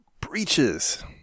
breaches